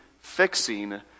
fixing